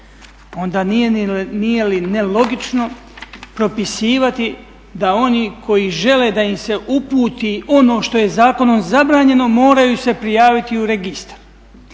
onda nije li nelogično propisivati da oni koji žele da im se uputi ono što je zakonom zabranjeno moraju se prijaviti u registar.